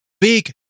big